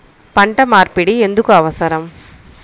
పంట మార్పిడి ఎందుకు అవసరం?